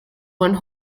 one